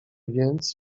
więc